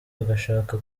agashaka